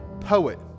poet